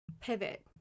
pivot